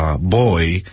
boy